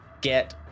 get